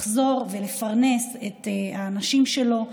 לחזור ולפרנס את האנשים שלו,